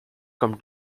come